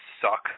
suck